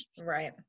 Right